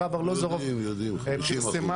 מרב ארלוזרוב פרסמה